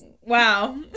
Wow